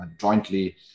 jointly